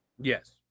yes